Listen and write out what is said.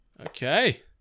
okay